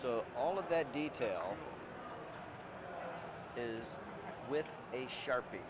so all of that detail is with a sharpie